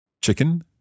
Chicken